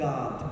God